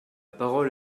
parole